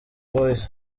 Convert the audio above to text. boyz